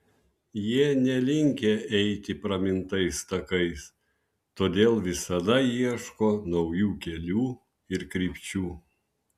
jie nelinkę eiti pramintais takais todėl visada ieško naujų kelių ir krypčių